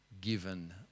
given